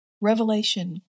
Revelation